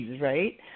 right